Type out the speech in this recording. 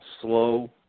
Slow